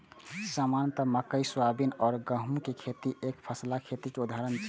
सामान्यतः मकइ, सोयाबीन आ गहूमक खेती एकफसला खेतीक उदाहरण छियै